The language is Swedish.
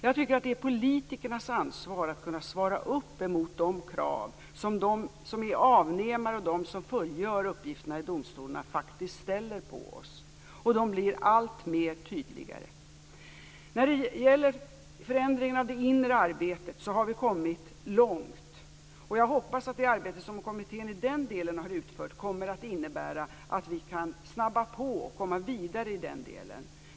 Jag tycker att det är politikernas ansvar att svara mot de krav som de som är avnämare av och de som fullgör uppgifterna i domstolarna faktiskt ställer på oss, och de blir alltmer tydliga. När det gäller förändringar av det inre arbetet har vi kommit långt. Jag hoppas att det arbete som kommittén har utfört i den delen kommer att innebära att vi kan snabba på och komma vidare.